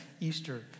Easter